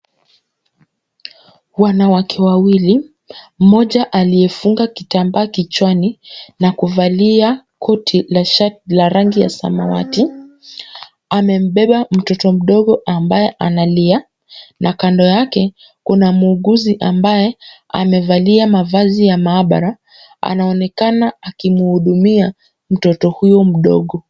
Wanawake wawili, mmoja aliyefunga kitambaa kichwani, na kuvalia koti la rangi ya samawati. Amembeba mtoto mdogo ambaye analia, na kando yake kuna muuguzi ambaye amevalia mavazi ya maabara, anaonekana akimhudumia mtoto huyo mdogo.